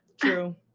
True